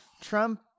Trump